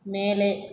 மேலே